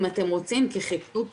אני מצטרפת